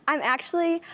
i'm actually,